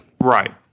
Right